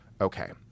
Okay